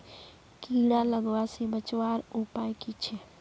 कीड़ा लगवा से बचवार उपाय की छे?